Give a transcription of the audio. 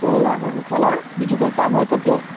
કોઈ વાંધો નહીં ખ્યાલ આવ્યો બીજું કાંઈ કામ હોય તો કહેજો